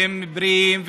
והם בריאים,